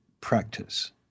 practice